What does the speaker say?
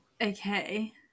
okay